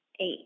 eight